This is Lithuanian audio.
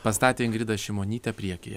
pastatė ingridą šimonytę priekyje